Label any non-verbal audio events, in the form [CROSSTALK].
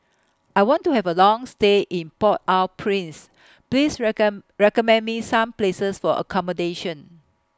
I want to Have A Long stay in Port Au Prince Please [UNINTELLIGIBLE] recommend Me Some Places For accommodation